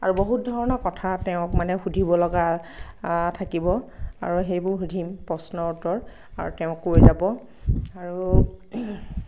আৰু বহুত ধৰণৰ কথা তেওঁক মানে সুধিব লগা থাকিব আৰু সেইবোৰ সুধিম প্ৰশ্ন উত্তৰ আৰু তেওঁ কৈ যাব আৰু